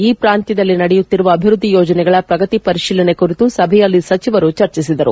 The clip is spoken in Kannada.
ಈ ಪ್ರಾಂತ್ವದಲ್ಲಿ ನಡೆಯುತ್ತಿರುವ ಅಭಿವ್ಯದ್ದಿ ಯೋಜನೆಗಳ ಪ್ರಗತಿ ಪರಿಶೀಲನೆ ಕುರಿತು ಸಭೆಯಲ್ಲಿ ಸಚಿವರು ಚರ್ಚಿಸಿದರು